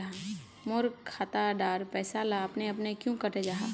मोर खाता डार पैसा ला अपने अपने क्याँ कते जहा?